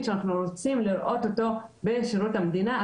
שאנחנו רוצים לראות אותו בשירות המדינה.